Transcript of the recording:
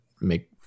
make